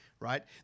right